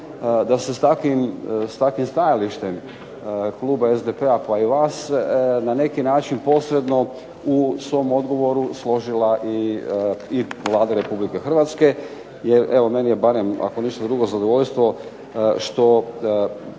da se s takvim stajalište kluba SDP-a pa i vas na neki način posredno u svom odgovoru složila i Vlada Republike Hrvatske. Jer evo, meni je barem ako ništa drugo zadovoljstvo što